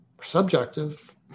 subjective